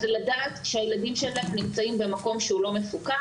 אז לדעת שהילדים שלהם נמצאים במקום שהוא לא מפוקח.